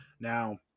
now